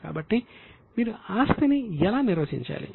కాబట్టి మీరు ఆస్తిని ఎలా నిర్వచించాలి